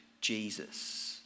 Jesus